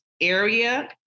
area